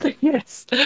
Yes